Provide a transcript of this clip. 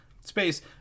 space